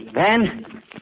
Ben